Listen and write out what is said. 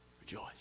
Rejoice